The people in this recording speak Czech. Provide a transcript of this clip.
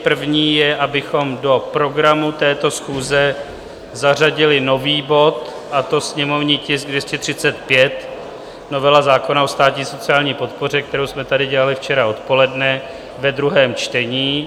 První je, abychom do programu této schůze zařadili nový bod, a to sněmovní tisk 235, novela zákona o státní sociální podpoře, kterou jsme tady dělali včera odpoledne ve druhém čtení.